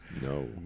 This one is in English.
no